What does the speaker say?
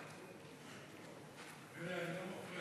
כבוד ממלאת